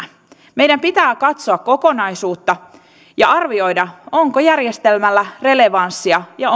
meidän pitää katsoa kokonaisuutta ja arvioida onko järjestelmällä relevanssia ja